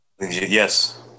Yes